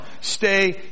Stay